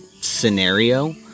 scenario